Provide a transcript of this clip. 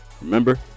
Remember